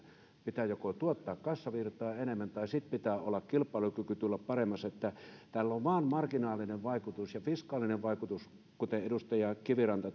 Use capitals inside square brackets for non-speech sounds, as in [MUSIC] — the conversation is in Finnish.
pitää joko tuottaa kassavirtaa enemmän tai sitten pitää kilpailukyvyn tulla paremmaksi tällä on vain marginaalinen vaikutus ja fiskaalinen vaikutus kuten edustaja kiviranta [UNINTELLIGIBLE]